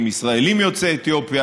עם ישראלים יוצאי אתיופיה,